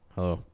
Hello